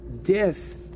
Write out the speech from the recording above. death